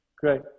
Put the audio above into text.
great